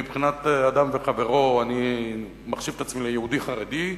מבחינת בין אדם וחברו אני מחשיב את עצמי ליהודי חרדי,